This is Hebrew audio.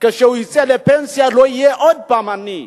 שכשהוא יצא לפנסיה הוא לא יהיה עוד פעם עני.